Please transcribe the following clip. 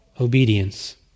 obedience